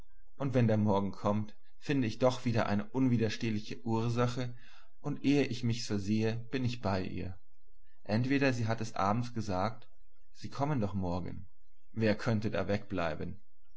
und wenn der morgen kommt finde ich doch wieder eine unwiderstehliche ursache und ehe ich mich's versehe bin ich bei ihr entweder sie hat des abends gesagt sie kommen doch morgen wer könnte da wegbleiben